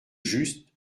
juste